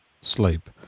sleep